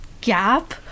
gap